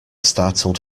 startled